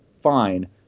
fine